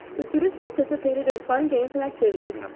the students participated in fun games and activities,